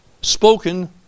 spoken